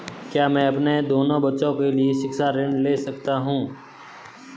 क्या मैं अपने दोनों बच्चों के लिए शिक्षा ऋण ले सकता हूँ?